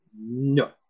No